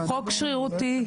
חוק שרירותי,